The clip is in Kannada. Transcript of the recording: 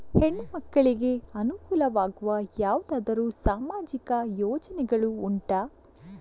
ಹೆಣ್ಣು ಮಕ್ಕಳಿಗೆ ಅನುಕೂಲವಾಗುವ ಯಾವುದಾದರೂ ಸಾಮಾಜಿಕ ಯೋಜನೆಗಳು ಉಂಟಾ?